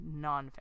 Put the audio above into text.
nonfiction